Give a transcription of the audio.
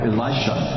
Elisha